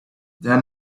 that